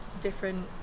different